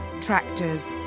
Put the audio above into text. Tractors